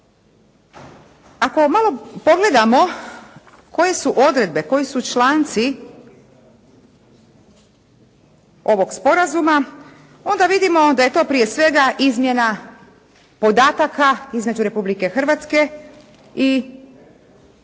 Ako malo pogledamo koje su odredbe, koji su članci ovog sporazuma onda vidimo da je to prije svega izmjena podataka između Republike Hrvatske i Eurojusta.